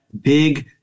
big